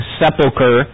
sepulcher